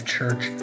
Church